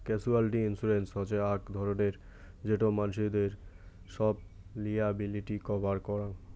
casualty insurance হসে আক ধরণের যেটো মানসিদের সব লিয়াবিলিটি কভার করাং